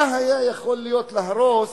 מה היה יכול להיות, להרוס,